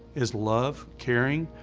is love, caring,